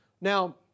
Now